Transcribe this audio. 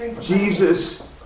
Jesus